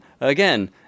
again